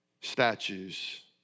statues